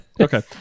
Okay